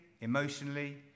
emotionally